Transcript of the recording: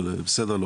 אבל בסדר,